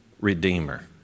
Redeemer